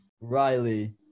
Riley